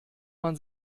man